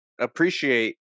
appreciate